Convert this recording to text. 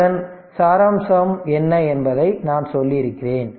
அதன் சாராம்சம் என்ன என்பதை நான் சொல்லியிருக்கிறேன்